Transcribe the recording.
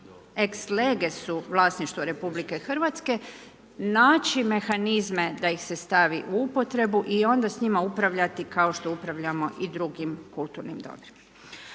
ex-lege su vlasništvo RH, naći mehanizme da ih se stavi u upotrebu i onda s njima upravljati kao što upravljamo i drugim kulturnim dobrima.